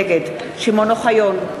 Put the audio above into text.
נגד שמעון אוחיון,